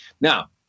Now